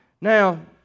Now